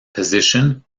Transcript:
position